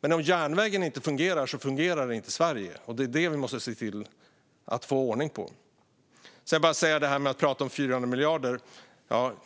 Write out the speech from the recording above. Men om järnvägen inte fungerar så fungerar inte Sverige. Vi måste se till att få ordning på detta. Maria Stockhaus pratar om 400 miljarder.